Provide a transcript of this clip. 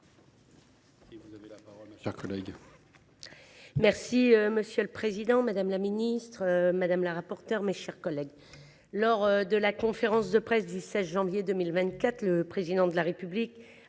Monsieur le président, madame la ministre, madame la rapporteure, mes chers collègues, lors de sa conférence de presse du 16 janvier 2024, le Président de la République